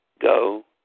Go